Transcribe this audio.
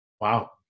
Wow